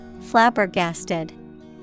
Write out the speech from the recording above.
Flabbergasted